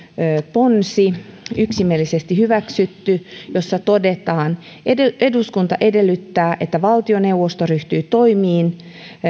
ponsi yksimielisesti hyväksytty jossa todetaan eduskunta edellyttää että valtioneuvosto ryhtyy toimiin